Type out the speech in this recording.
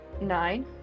nine